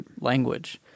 language